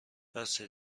بسه